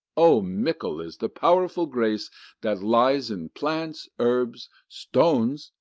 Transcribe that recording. o, mickle is the powerful grace that lies in plants, herbs, stones,